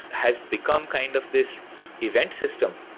has become kind of this event system,